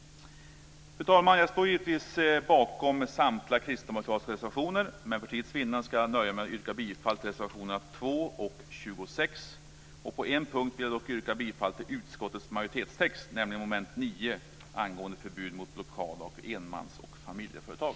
Fru talman! Jag står naturligtvis bakom samtliga kristdemokratiska reservationer, men för tids vinnande ska jag nöja mig med att yrka bifall till reservationerna 2 och 26. På en punkt vill jag dock yrka bifall till utskottets majoritetstext, nämligen vad beträffar mom. 9 angående förbud mot blockad av enmansoch familjeföretag.